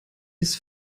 ist